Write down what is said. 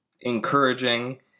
encouraging